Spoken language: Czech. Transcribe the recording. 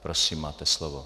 Prosím, máte slovo.